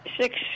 six